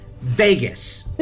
Vegas